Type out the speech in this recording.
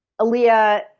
Aaliyah